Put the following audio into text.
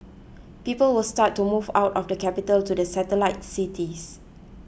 people will start to move out of the capital to the satellite cities